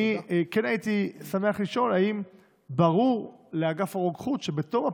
אני כן הייתי שמח לשאול: האם ברור לאגף הרוקחות שבתום הפיילוט,